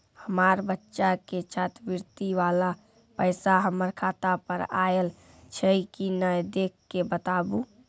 हमार बच्चा के छात्रवृत्ति वाला पैसा हमर खाता पर आयल छै कि नैय देख के बताबू?